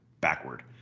backward